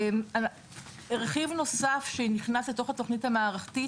רכיב נוסף שנכנס לתוך התוכנית המערכתית,